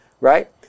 Right